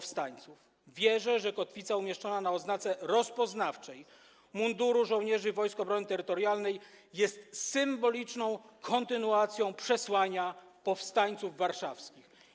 Wierzę, że kotwica umieszczona na odznace rozpoznawczej munduru żołnierzy Wojsk Obrony Terytorialnej jest symboliczną kontynuacją przesłania powstańców warszawskich.